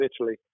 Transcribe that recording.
Italy